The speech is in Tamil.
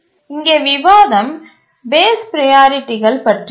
இங்கே விவாதம் பேஸ் ப்ரையாரிட்டிகள் பற்றியது